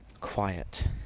quiet